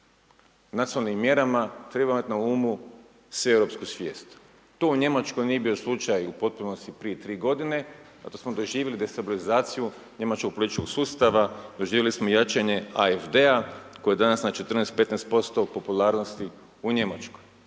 nacionalnim mjerama treba imati na umu sveeuropsku svijet. To u Njemačkoj nije bio slučaj u potpunosti prije 3 godine zato smo doživjeli destabilizaciju njemačkog političkog sustava, doživjeli smo jačanje AFD-a koje danas na 14-15% popularnosti u Njemačkoj,